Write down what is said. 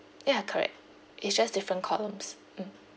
ya correct it's just different columns mm